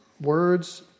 words